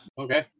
Okay